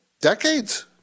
decades